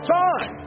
time